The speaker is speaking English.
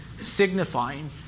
signifying